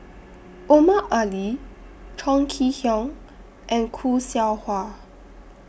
Omar Ali Chong Kee Hiong and Khoo Seow Hwa